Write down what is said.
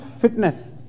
fitness